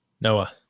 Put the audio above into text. Noah